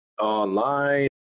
Online